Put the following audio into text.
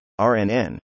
RNN